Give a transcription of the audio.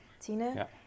Tina